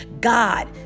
God